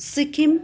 Sikkim